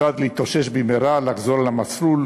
יודעת להתאושש במהרה, לחזור למסלול,